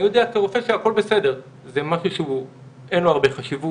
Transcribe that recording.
הנושא של הגילוי המוקדם הוא נושא מאוד מאוד מרכזי ולכן כל הסוגיה